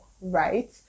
right